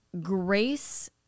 grace